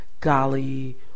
golly